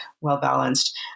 well-balanced